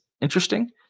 interesting